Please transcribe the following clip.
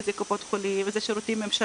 אם זה קופות חולים ואם זה שירותים ממשלתיים,